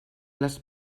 les